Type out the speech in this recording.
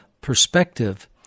perspective